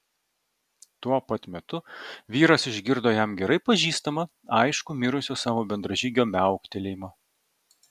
tuo pat metu vyras išgirdo jam gerai pažįstamą aiškų mirusio savo bendražygio miauktelėjimą